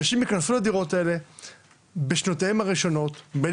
אנשים יכנסו לדירות האלה בשנותיהן הראשון בין